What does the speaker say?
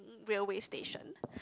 railway station